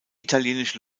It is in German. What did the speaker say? italienische